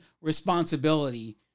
responsibility